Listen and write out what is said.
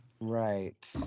right